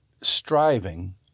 striving